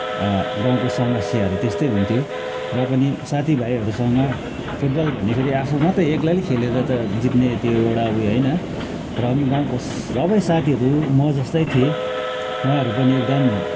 गाउँको समस्याहरू त्यस्तै हुन्थ्यो र पनि साथीभाइहरूसँग फुटबल भन्ने फेरि आफु मात्रै एक्लैले खेलेर त जित्ने त्यो एउटा ऊ यो होइन र पनि गाउँको सबै साथीहरू म जस्तै थिएँ उहाँहरू पनि एकदम